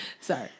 Sorry